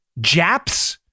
JAPs